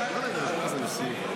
שרת החינוך לשעבר תענה.